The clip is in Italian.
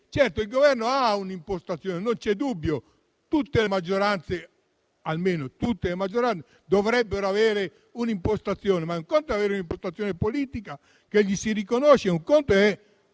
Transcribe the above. il Governo ha un'impostazione. Su questo non c'è dubbio. Tutte le maggioranze dovrebbero avere un'impostazione, ma un conto è avere un'impostazione politica, che si riconosce; altro conto è